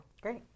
Great